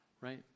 right